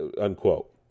unquote